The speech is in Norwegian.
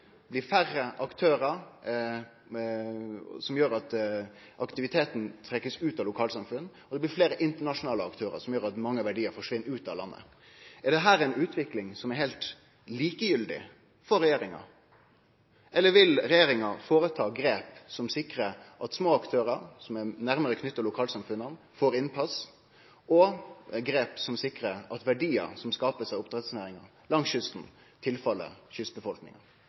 det blir færre aktørar, noko som gjer at aktiviteten blir trekt ut av lokalsamfunn, og det blir fleire internasjonale aktørar, som gjer at mange verdiar forsvinn ut av landet. Er dette ei utvikling som er heilt likegyldig for regjeringa, eller vil regjeringa ta grep som sikrar at små aktørar som er nærmare knytte til lokalsamfunna, får innpass, og grep som sikrar at verdiar som blir skapte i oppdrettsnæringa langs kysten, går til kystbefolkninga?